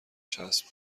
چسب